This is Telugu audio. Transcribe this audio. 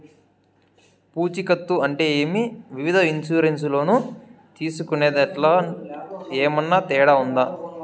పూచికత్తు అంటే ఏమి? వివిధ ఇన్సూరెన్సు లోను తీసుకునేదాంట్లో ఏమన్నా తేడా ఉందా?